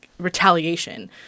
retaliation